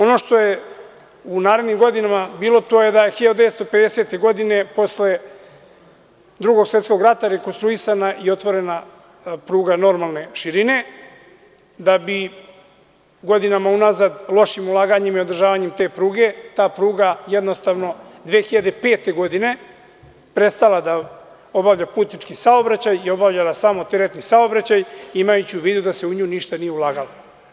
Ono što je u narednim godinama bilo jeste da je 1950. godine posle Drugog svetskog rata rekonstruisana i otvorena pruga normalne širine da bi godinama unazad lošim ulaganjima i održavanjem te pruge ta pruga jednostavno 2005. godine prestala da obavlja putnički saobraćaj i obavljala samo teretni saobraćaj, imajući u vidu da se u nju uopšte nije ulagalo.